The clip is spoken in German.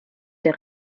der